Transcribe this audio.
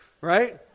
right